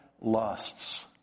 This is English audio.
lusts